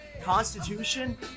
Constitution